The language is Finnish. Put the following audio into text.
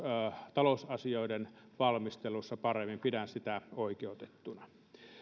talousasioiden valmistelussa paremmin pidän oikeutettuna